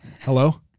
Hello